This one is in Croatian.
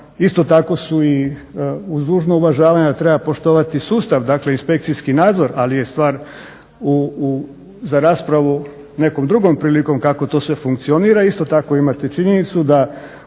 isto tako su i uz dužno uvažavanje, a treba poštovati sustav, inspekcijski nadzor ali je stvar za raspravu nekom drugom prilikom kako to sve funkcionira. Isto tako imate činjenicu da